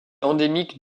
endémique